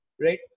right